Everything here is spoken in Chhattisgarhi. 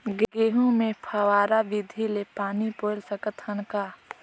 गहूं मे फव्वारा विधि ले पानी पलोय सकत हन का?